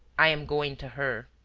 i am going to her.